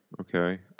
okay